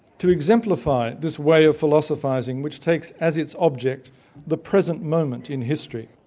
to exemplify this way of philosophizing which takes as its object the present moment in history.